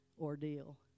ordeal